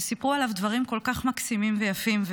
וסיפרו עליו דברים כל כך מקסימים ויפים.